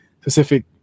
specific